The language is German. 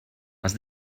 was